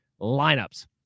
lineups